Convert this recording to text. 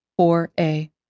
4a